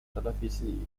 televisi